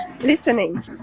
listening